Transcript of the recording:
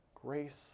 grace